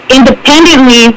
Independently